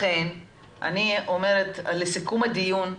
לכן אני אומרת לסיכום הדיון,